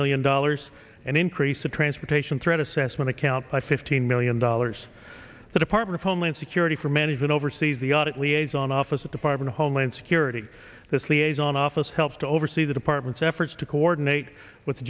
million dollars and increase a transportation threat assessment account by fifteen million dollars the department of homeland security for management oversees the audit liaison office of department of homeland security this liaison office helped oversee the department's efforts to coordinate with